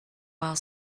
while